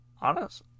Honest